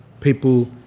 people